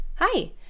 Hi